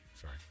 Sorry